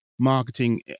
marketing